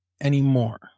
anymore